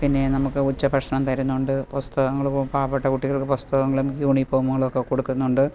പിന്നെ നമുക്ക് ഉച്ച ഭക്ഷണം തരുന്നുണ്ട് പുസ്തകങ്ങൾ പാവപ്പെട്ട കുട്ടികൾക്ക് പുസ്തകങ്ങളും യൂണിഫോമുകളുമൊക്കെ കൊടുക്കുന്നുണ്ട്